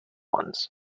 ones